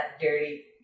dirty